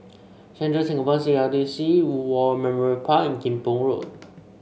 Central Singapore C R D C War Memorial Park and Kim Pong Road